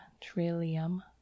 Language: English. trillium